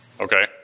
Okay